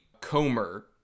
Comer